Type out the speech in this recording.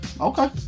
okay